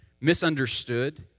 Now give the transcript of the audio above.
misunderstood